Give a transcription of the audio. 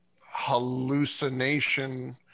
hallucination